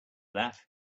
that